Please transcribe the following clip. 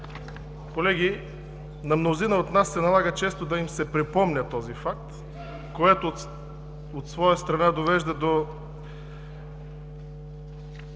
Колеги, на мнозина от нас се налага често да им се припомня този факт, което от своя страна довежда до